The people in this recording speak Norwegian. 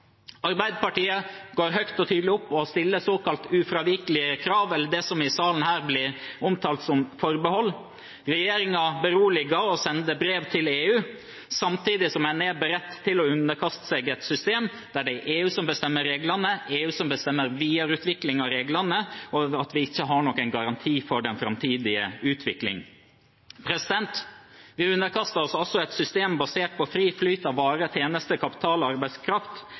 Arbeiderpartiet går høyt og tydelig ut og stiller såkalte ufravikelige krav, eller det som i salen her blir omtalt som forbehold. Regjeringen beroliger og sender brev til EU, samtidig som en er beredt til å underkaste seg et system der det er EU som bestemmer reglene, EU som bestemmer videreutvikling av reglene, og vi ikke har noen garanti for den framtidige utvikling. Vi underkaster oss altså et system basert på fri flyt av varer, tjenester, kapital og arbeidskraft